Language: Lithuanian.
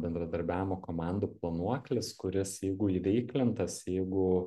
bendradarbiavimo komandų planuoklis kuris jeigu įveiklintas jeigu